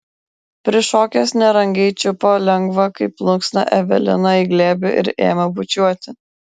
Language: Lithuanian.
prišokęs nerangiai čiupo lengvą kaip plunksną eveliną į glėbį ir ėmė bučiuoti